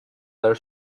their